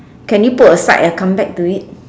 can you put aside and come back to it